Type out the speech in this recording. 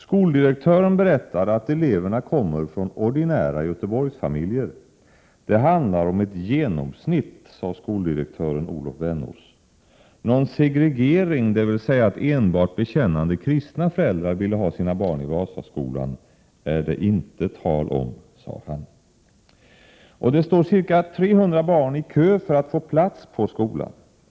Skoldirektören berättade att eleverna kommer från ordinära Göteborgsfamiljer. Det handlar om ett genomsnitt, sade skoldirektören Olof Vennäs. Någon segregering, dvs. att enbart bekännande kristna föräldrar vill ha sina barn i Vasaskolan, är det inte tal om, sade han. Det står ca 300 barn i kö för att få plats på skolan.